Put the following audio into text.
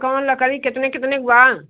कौन लड़की कितने कितने की बा